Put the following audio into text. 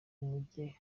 mucye